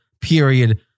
Period